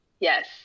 Yes